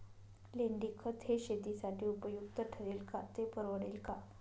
लेंडीखत हे शेतीसाठी उपयुक्त ठरेल का, ते परवडेल का?